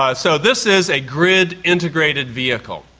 ah so this is a grid integrated vehicle.